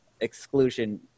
exclusion